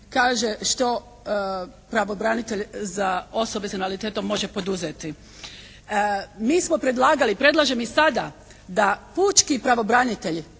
kaže što pravobranitelj za osobe s invaliditetom može poduzeti. Mi smo predlagali, predlažem i sada da pučki pravobranitelj